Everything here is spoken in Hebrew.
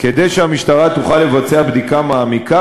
כדי שהמשטרה תוכל לבצע בדיקה מעמיקה